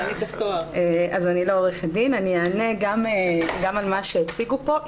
אני אענה גם על מה שהציגו פה.